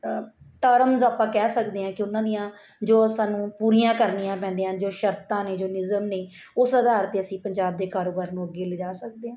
terms ਆਪਾਂ ਕਹਿ ਸਕਦੇ ਹਾਂ ਕਿ ਉਹਨਾਂ ਦੀਆਂ ਜੋ ਸਾਨੂੰ ਪੂਰੀਆਂ ਕਰਨੀਆਂ ਪੈਂਦੀਆਂ ਜੋ ਸ਼ਰਤਾਂ ਨੇ ਜੋ ਨਿਯਮ ਨੇ ਉਸ ਆਧਾਰ 'ਤੇ ਅਸੀਂ ਪੰਜਾਬ ਦੇ ਕਾਰੋਬਾਰ ਨੂੰ ਅੱਗੇ ਲਿਜਾ ਸਕਦੇ ਹਾਂ